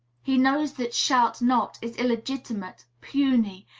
he knows that shalt not is illegitimate, puny,